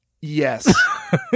Yes